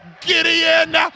Gideon